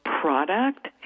product